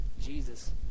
Jesus